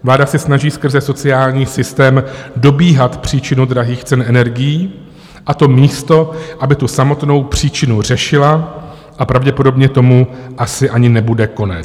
Vláda se snaží skrze sociální systém dobíhat příčinu drahých cen energií, a to místo aby tu samotnou příčinu řešila, a pravděpodobně tomu asi ani nebude konec.